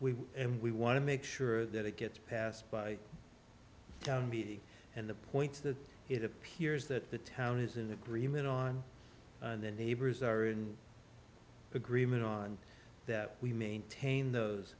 we we want to make sure that it gets passed by down b and the points that it appears that the town is in agreement on and the neighbors are in agreement on that we maintain those